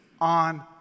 on